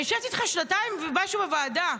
אני יושבת איתך שנתיים ומשהו בוועדה,